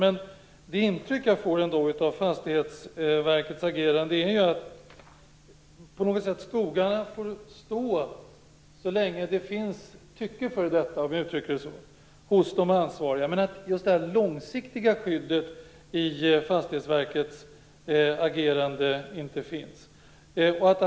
Men det intryck jag får av Fastighetsverkets agerande är på något sätt att skogarna får stå så länge det finns tycke för detta hos de ansvariga. Men det långsiktiga skyddet i Fastighetsverkets agerande finns inte.